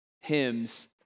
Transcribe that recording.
hymns